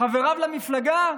חבריו למפלגה,